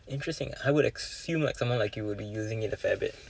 interesting I would assume like someone like you would be using it a fair bit